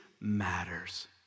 matters